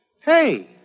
Hey